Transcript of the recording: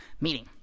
meaning